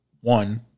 One